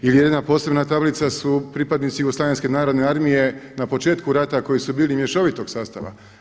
Ili jedna posebna tablica su pripadnici Jugoslavenske narodne armije na početku rata koji su bili mješovitog sastava.